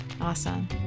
Awesome